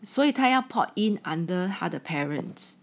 所以他要 port in under her her parents